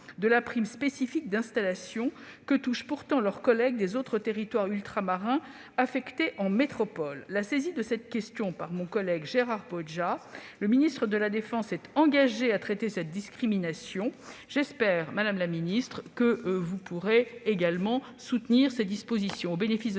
cette prime spécifique d'installation, que touchent pourtant leurs collègues des autres territoires ultramarins affectés en métropole. Saisie de cette question par Gérard Poadja, Mme la ministre de la défense s'est engagée à traiter cette discrimination. J'espère, madame la ministre, que vous pourrez également soutenir cette démarche. Sous le bénéfice de ces